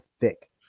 thick